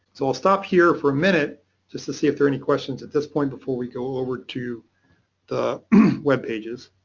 so i'll stop here for a minute just to see if there any questions at this point before we go over to the web pages.